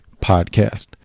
podcast